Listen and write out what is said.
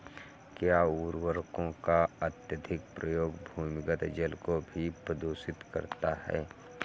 क्या उर्वरकों का अत्यधिक प्रयोग भूमिगत जल को भी प्रदूषित करता है?